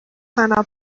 فنا